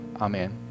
Amen